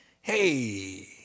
Hey